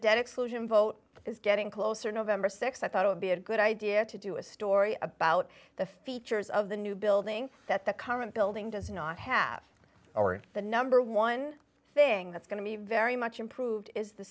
debt exclusion vote is getting closer november th i thought it would be a good idea to do a story about the features of the new building that the current building does not have or the number one thing that's going to be very much improved is the